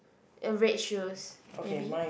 a red shoes maybe